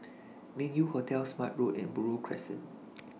Meng Yew Hotel Smart Road and Buroh Crescent